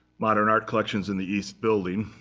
modern art collections in the east building.